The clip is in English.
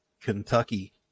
Kentucky